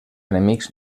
enemics